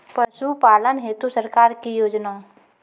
पशुपालन हेतु सरकार की योजना?